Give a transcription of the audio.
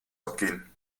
abgehen